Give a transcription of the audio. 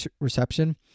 reception